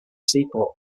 seaport